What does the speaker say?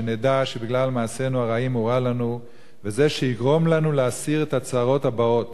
שנדע שבגלל מעשינו הרעים הורע לנו וזה שיגרום לנו להסיר את הצרות הבאות,